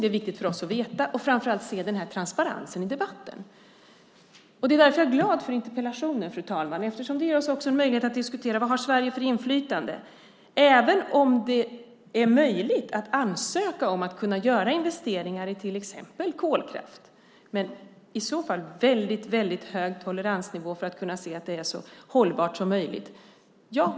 Det är viktigt för oss att veta och framför allt se denna transparens i debatten. Jag är glad för interpellationen, fru talman, eftersom den ger oss en möjlighet att diskutera Sveriges inflytande. Ja - möjligheten finns att ansöka om att kunna göra investeringar i till exempel kolkraft med en i så fall väldigt hög toleransnivå för att kunna se att det är så hållbart som möjligt.